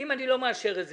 אם אני לא מאשר את זה,